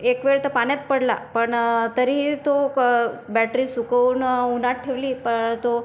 एक वेळ तर पाण्यात पडला पण तरीही तो क बॅटरी सुकवून उन्हात ठेवली पण तो